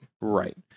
Right